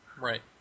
Right